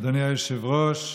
אדוני היושב-ראש,